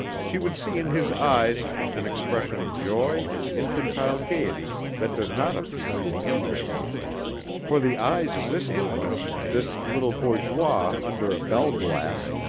she would see in his eyes an expression of joy and infantile gayety that does not appear in the infant for the eyes of this infant, this little bourgeois under a bell glass,